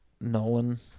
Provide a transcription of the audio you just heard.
Nolan